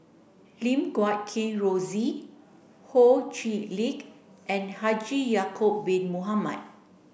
Lim Guat Kheng Rosie Ho Chee Lick and Haji Ya'acob bin Mohamed